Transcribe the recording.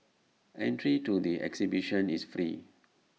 entry to the exhibition is free